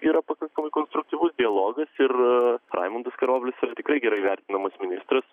yra pakankamai konstruktyvus dialogas ir raimundas karoblis yra tikrai gerai vertinamas ministras